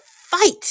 fight